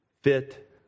fit